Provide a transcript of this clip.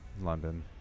London